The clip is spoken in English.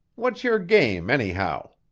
what's your game, anyhow?